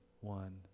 one